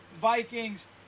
Vikings